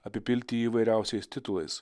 apipilti jį įvairiausiais titulais